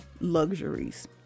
luxuries